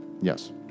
Yes